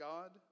God